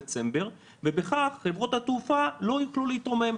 דצמבר ובכך חברות התעופה לא יוכלו להתרומם,